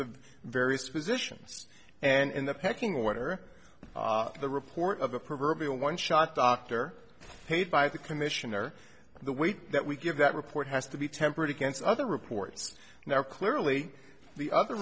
of various positions and the pecking order the report of the proverbial one shot doctor paid by the commission or the weight that we give that report has to be tempered against other reports and are clearly the other